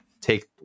take